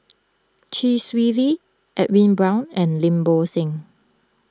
Chee Swee Lee Edwin Brown and Lim Bo Seng